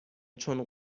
چون